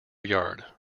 yard